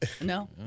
No